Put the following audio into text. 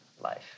life